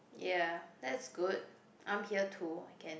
ya that's good I'm here too I can